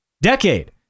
Decade